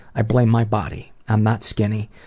i blame my body. i'm not skinny,